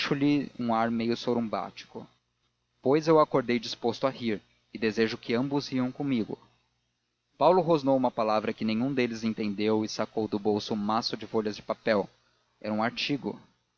acho-lhe um ar meio sorumbático pois eu acordei disposto a rir e desejo que ambos riam comigo paulo rosnou uma palavra que nenhum deles entendeu e sacou do bolso um maço de folhas de papel era um artigo